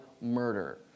murder